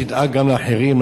תדאג גם לאחרים,